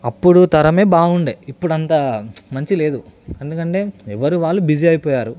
అప్పుడు తరమే బాగుండే ఇప్పుడు అంత మంచిగా లేదు ఎందుకంటే ఎవరు వాళ్ళు బిజీ అయిపోయారు